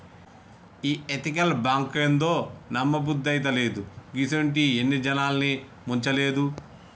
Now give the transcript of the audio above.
ఈ ఎతికల్ బాంకేందో, నమ్మబుద్దైతలేదు, గిసుంటియి ఎన్ని జనాల్ని ముంచలేదు